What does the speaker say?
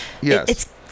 Yes